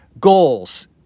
goals